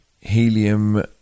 helium